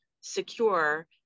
secure